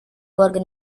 warga